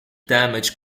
damage